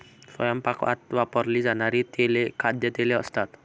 स्वयंपाकात वापरली जाणारी तेले खाद्यतेल असतात